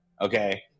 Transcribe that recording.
Okay